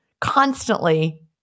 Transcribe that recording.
constantly